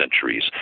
centuries